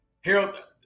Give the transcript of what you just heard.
Harold